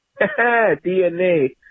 DNA